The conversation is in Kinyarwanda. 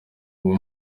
aba